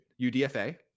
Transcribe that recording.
UDFA